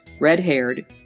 red-haired